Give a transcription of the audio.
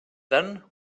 then